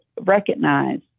recognize